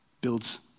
builds